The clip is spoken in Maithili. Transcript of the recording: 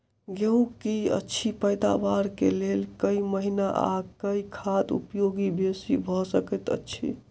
गेंहूँ की अछि पैदावार केँ लेल केँ महीना आ केँ खाद उपयोगी बेसी भऽ सकैत अछि?